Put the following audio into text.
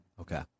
Okay